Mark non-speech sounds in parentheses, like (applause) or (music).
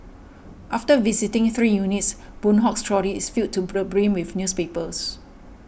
after visiting three units Boon Hock's trolley is filled to (unintelligible) brim with newspapers